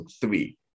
three